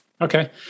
okay